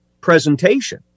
presentation